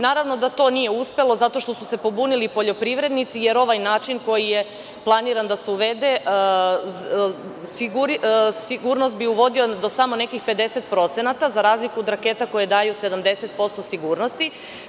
Naravno da to nije uspelo zato što su se pobunili poljoprivrednici, jer ovaj način koji je planiran da se uvede sigurnost bi uvodio do samo nekih 50%, za razliku od raketa koje daju 70% sigurnosti.